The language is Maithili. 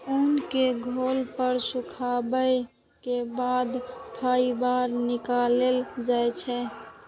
ऊन कें धोय आ सुखाबै के बाद फाइबर निकालल जाइ छै